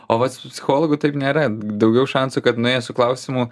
o vat su psichologu taip nėra daugiau šansų kad nuėjęs su klausimu